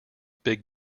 big